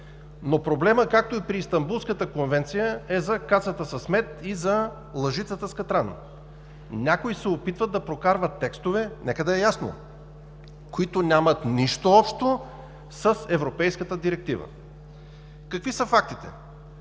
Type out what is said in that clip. Проблемът, както и при Истанбулската конвенция, е за кацата с мед и за лъжицата с катран. Някои се опитват да прокарват текстове, нека да е ясно – които нямат нищо общо с европейската директива. Какви са фактите?